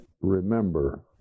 remember